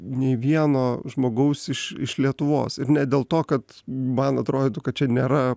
nei vieno žmogaus iš iš lietuvos ir ne dėl to kad man atrodytų kad čia nėra